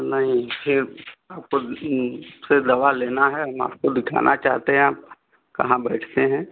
नहीं फिर आपको फिर दवा लेना है हम आपको दिखाना चाहते हैं आप कहाँ बैठते हैं